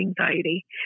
anxiety